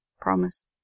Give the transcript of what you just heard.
promise